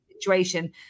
situation